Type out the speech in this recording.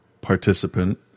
participant